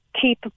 keep